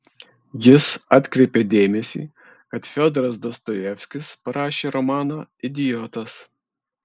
jis atkreipė dėmesį kad fiodoras dostojevskis parašė romaną idiotas